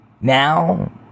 Now